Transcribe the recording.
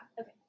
okay